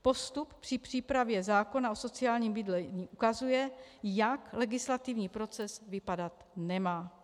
Postup při přípravě zákona o sociálním bydlení ukazuje, jak legislativní proces vypadat nemá.